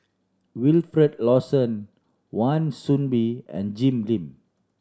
Wilfed Lawson Wan Soon Bee and Jim Lim